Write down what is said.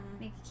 Make